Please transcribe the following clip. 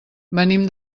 venim